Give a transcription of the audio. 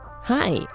Hi